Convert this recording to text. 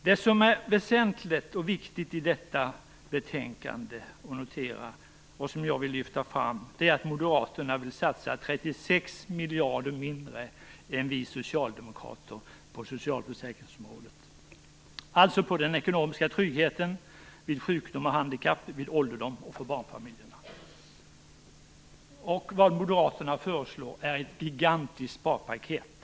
Det väsentliga och viktiga att notera i detta betänkande, och som jag vill lyfta fram, är att Moderaterna vill satsa 36 miljarder mindre än vi socialdemokrater på socialförsäkringsområdet, dvs. på den ekonomiska tryggheten vid sjukdom och handikapp, vid ålderdom och för barnfamiljerna. Moderaterna föreslår ett gigantiskt sparpaket.